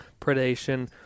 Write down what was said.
predation